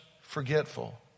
forgetful